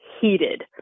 heated